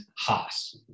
Haas